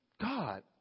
God